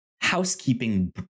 housekeeping